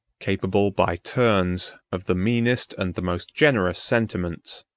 capable, by turns, of the meanest and the most generous sentiments,